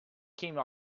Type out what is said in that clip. came